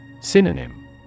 Synonym